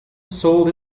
sold